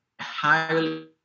highly